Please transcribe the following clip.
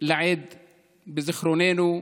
לעד בזיכרוננו.